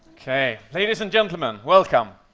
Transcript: okay, ladies and gentlemen, welcome.